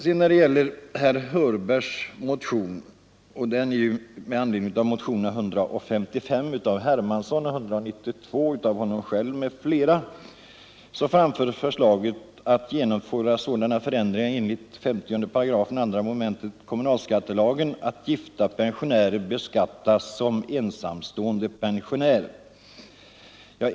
Reservationen 3 av herr Hörberg är avgiven med anledning av motionen 155 av herr Hermansson m, fl. och motionen 192 av herr Hörberg och herr Petersson i Röstånga. Förslaget gäller att genomföra sådana förändringar, enligt 50 § 2 mom. kommunalskattelagen, att gifta pensionärer beskattas som ensamstående pensionärer.